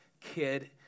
kid